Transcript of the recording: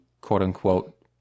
quote-unquote